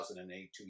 2008